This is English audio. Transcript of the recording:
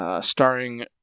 starring